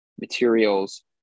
materials